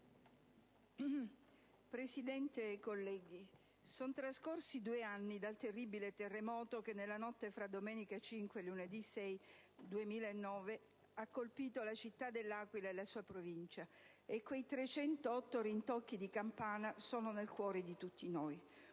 Presidente, colleghi, sono trascorsi due anni dal terribile terremoto che, nella notte tra domenica 5 e lunedì 6 aprile 2009, ha colpito la città dell'Aquila e la sua provincia. Quei 309 rintocchi di campana sono nel cuore di tutti noi.